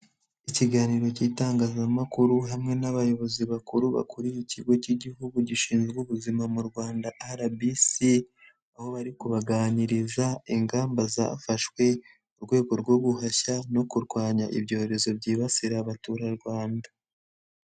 Ikiganiro cy'itangazamakuru hamwe n'abayobozi bakuru bakuriye ikigo cy'Igihugu gishinzwe ubuzima mu Rwanda RBC, aho bari kubaganiriza ingamba zafashwe mu rwego rwo guhashya no kurwanya ibyorezo byibasira abaturarwanda.